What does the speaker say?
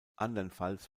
andernfalls